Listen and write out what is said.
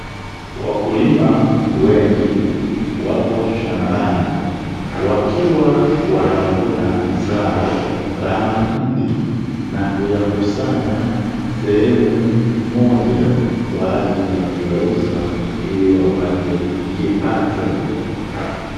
Wakulima wengi wapo shambani, wakiwa wanavuna zao la mahindi, na kuyakusanya sehemu moja, kwa ajili ya kuyauza ili wapate kipato.